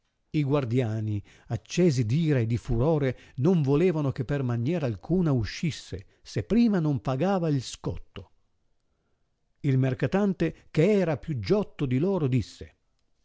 i guardiani accesi d ira e di furore non volevano che per maniera alcuna uscisse se prima non pagava il scotto il mercatante che era più giotto di loro disse